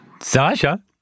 Sasha